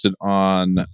on